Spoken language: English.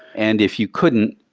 and if you couldn't,